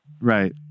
Right